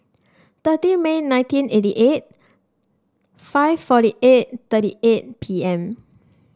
thirty May nineteen eighty eight five forty eight thirty eight P M